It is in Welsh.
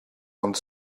ond